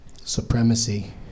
supremacy